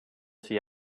see